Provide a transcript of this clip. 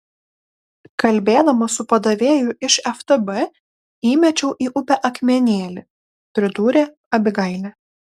kalbėdama su padavėju iš ftb įmečiau į upę akmenėlį pridūrė abigailė